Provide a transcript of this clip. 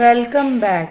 welcome back